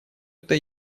это